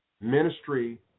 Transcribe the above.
ministry